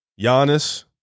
Giannis